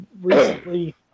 recently